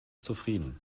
zufrieden